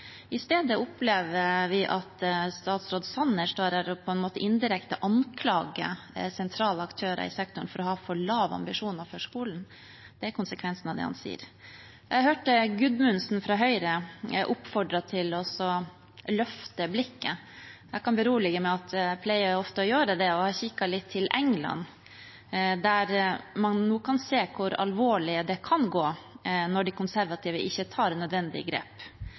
I stedet opplever vi at statsråd Sanner står her og på en måte indirekte anklager sentrale aktører i sektoren for å ha for lave ambisjoner for skolen. Det er konsekvensen av det han sier. Jeg hørte Gudmundsen fra Høyre oppfordre til å løfte blikket. Jeg kan berolige med at jeg ofte pleier å gjøre det. Jeg kikket litt til England, der man nå kan se hvor alvorlig det kan gå når de konservative ikke tar nødvendige grep.